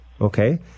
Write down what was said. okay